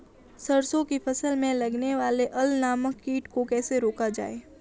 सरसों की फसल में लगने वाले अल नामक कीट को कैसे रोका जाए?